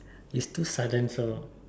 is too sudden so